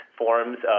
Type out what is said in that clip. forms